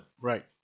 right